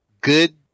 good